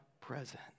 present